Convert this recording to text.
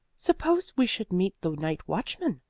suppose we should meet the night-watchman?